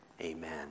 Amen